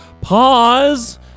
pause